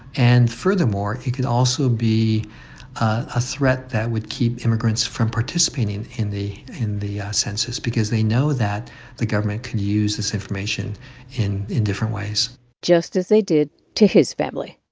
and furthermore, it could also be a threat that would keep immigrants from participating in the in the census because they know that the government could use this information in in different ways just as they did to his family